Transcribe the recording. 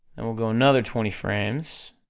then we'll go another twenty frames,